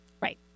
Right